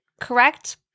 correct